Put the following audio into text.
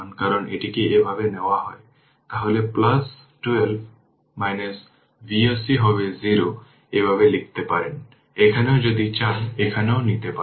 তারা তাদের মধ্যে পাওয়ার সঞ্চয় করতে পারে কিন্তু তারা পাওয়ার সঞ্চয় করতে পারে না